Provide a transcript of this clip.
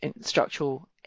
structural